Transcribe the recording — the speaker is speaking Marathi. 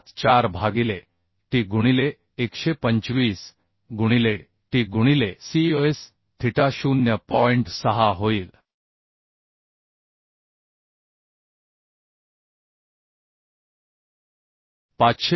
54 भागिले t गुणिले 125 गुणिले t गुणिले cos थिटा 0